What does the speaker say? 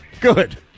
Good